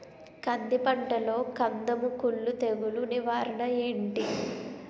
కంది పంటలో కందము కుల్లు తెగులు నివారణ ఏంటి?